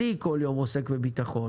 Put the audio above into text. אני כל יום עוסק בביטחון,